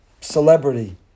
celebrity